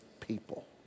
people